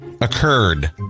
Occurred